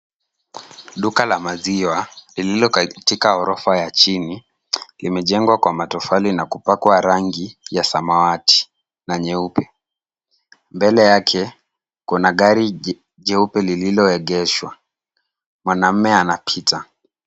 Duka la maziwa lililo katika ghorofa ya chini. Imejengwa kwa matofali na kupakwa rangi ya samawati na nyeupe. Mbele yake kuna gari jeupe lililoegeshwa. Mwanaume anapita.